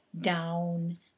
down